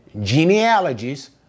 genealogies